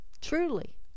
truly